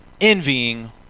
envying